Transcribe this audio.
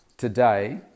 today